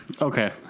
Okay